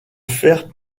faire